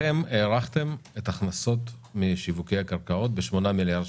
אתם הערכתם את ההכנסות משיווקי הקרקעות ב-8 מיליארד,